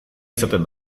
izaten